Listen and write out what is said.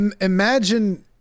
Imagine